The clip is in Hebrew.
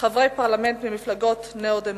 חברי פרלמנט ניאו-דמוקרטים,